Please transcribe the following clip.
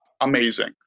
amazing